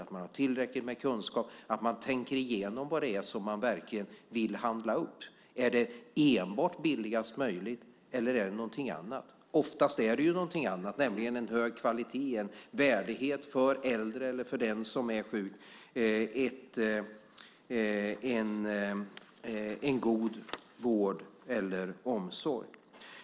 Man behöver ha tillräckligt med kunskap och tänka igenom vad det är som man verkligen vill upphandla. Är det enbart billigast möjligt, eller är det någonting annat? Oftast är det någonting annat. Det handlar om en hög kvalitet, en värdighet för äldre eller för den som är sjuk och en god vård eller omsorg.